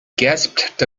gasped